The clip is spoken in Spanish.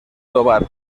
tovar